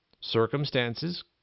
Circumstances